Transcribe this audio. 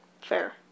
Fair